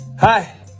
Hi